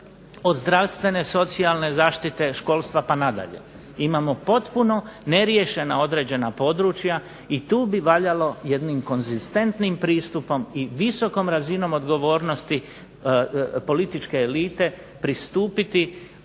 od zdravstvene, socijalne zaštite, školstva pa nadalje. Imamo potpuno neriješena određena područja i tu bi valjalo jednim konzistentnim pristupom i visokom razinom odgovornosti političke elite pristupiti